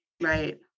Right